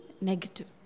negative